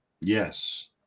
Yes